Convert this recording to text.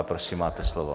Prosím, máte slovo.